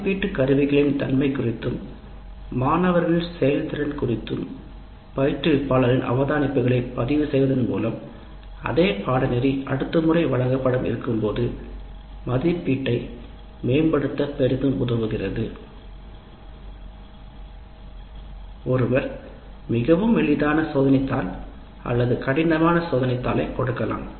மதிப்பீட்டு கருவிகளின் தன்மை குறித்து பயிற்றுவிப்பாளரின் அவதானிப்புகளையூம் மாணவர்களின் செயல்திறன் குறித்து பயிற்றுவிப்பாளரின் அவதானிப்புகளையூம் பதிவு செய்வதன் மூலம் அல்லது அதே பாடநெறி அடுத்த முறை இருக்கும்போது வழங்க பட இருக்கும் போது மதிப்பீட்டை மேம்படுத்த பெரிதும் உதவுகிறது ஒருவர் மிகவும் எளிதான சோதனைத் தாள் அல்லது கடினமான சோதனைத் தாளைக் கொடுக்கலாம்